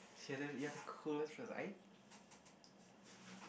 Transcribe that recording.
see you are the you have the coolest friends I